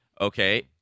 Okay